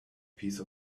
piece